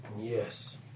Yes